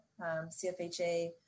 CFHA